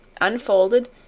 unfolded